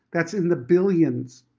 that's in the billions,